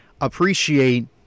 appreciate